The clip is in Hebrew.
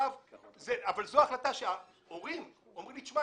אבל על החלטה כזאת ההורים אומרים לי: "תשמע,